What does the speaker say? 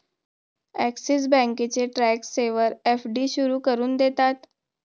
axis बँकेचे tax saver FD सुरू करून देतात